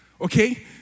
Okay